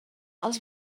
els